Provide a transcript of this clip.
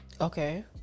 Okay